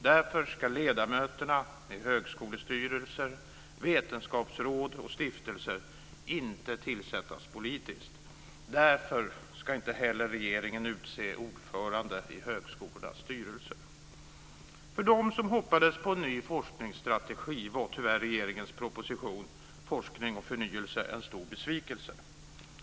Därför ska ledamöterna i högskolestyrelser, vetenskapsråd och stiftelser inte tillsättas politiskt. Därför ska inte heller regeringen utse ordförande i högskolornas styrelser. För dem som hoppades på en ny forskningsstrategi var tyvärr regeringens proposition Forskning och förnyelse en stor besvikelse.